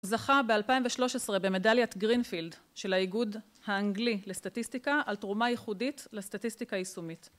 זכה ב-2013 במדליית גרינפילד של האיגוד האנגלי לסטטיסטיקה על תרומה ייחודית לסטטיסטיקה ישומית